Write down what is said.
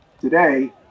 today